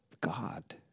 God